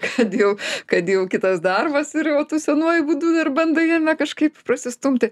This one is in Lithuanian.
kad jau kad jau kitas darbas yra o tu senuoju būdu ir bandai kažkaip prasistumti